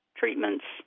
treatments